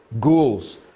ghouls